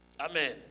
Amen